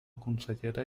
consellera